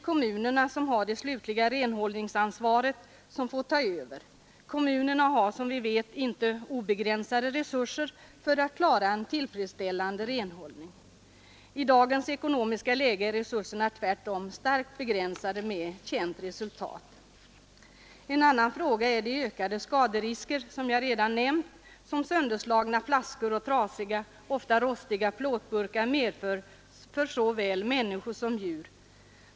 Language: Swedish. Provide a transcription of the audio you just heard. Kommunerna, som har det slutliga renhållningsansvaret, får ta över. Kommunerna har, som vi vet, inte obegränsade resurser för att klara en tillfredsställande renhållning. I dagens ekonomiska läge är resurserna tvärtom starkt begränsade, med känt resultat. En annan fråga, som jag redan nämnt, är de ökade skaderisker som sönderslagna flaskor och trasiga, ofta rostiga plåtburkar medför för såväl människor som djur.